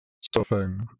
stuffing